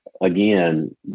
again